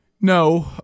no